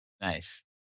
Nice